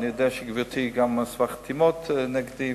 ואני יודע שגברתי גם אספה חתימות נגדי,